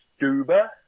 Stuba